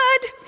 good